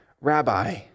rabbi